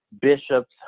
Bishop's